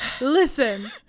listen